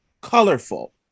colorful